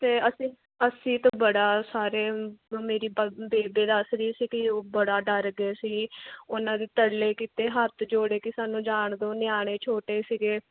ਅਤੇ ਅਸੀਂ ਅਸੀਂ ਤਾਂ ਬੜਾ ਸਾਰੇ ਮੇਰੀ ਬੇਬੇ ਦੱਸ ਰਹੀ ਸੀ ਵੀ ਬੜਾ ਡਰ ਗਏ ਸੀ ਉਹਨਾਂ ਦੀ ਤਰਲੇ ਕੀਤੇ ਹੱਥ ਜੋੜੇ ਕਿ ਸਾਨੂੰ ਜਾਣ ਦਿਓ ਨਿਆਣੇ ਛੋਟੇ ਸੀਗੇ